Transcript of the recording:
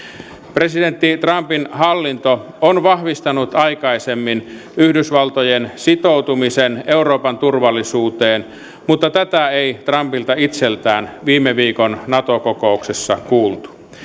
presidentti trumpin hallinto on vahvistanut aikaisemmin yhdysvaltojen sitoutumisen euroopan turvallisuuteen mutta tätä ei trumpilta itseltään viime viikon nato kokouksessa kuultu